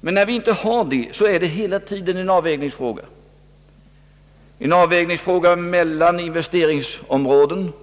Men när vi inte har dessa resurser är det hela tiden en avvägningsfråga mellan investeringsområden såsom